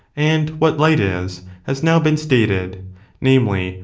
and what light is, has now been stated namely,